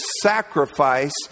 sacrifice